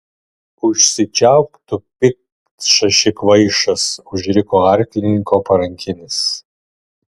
užsičiaupk tu piktšaši kvaišas užriko arklininko parankinis